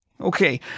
Okay